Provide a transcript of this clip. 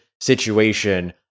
situation